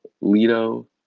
Lido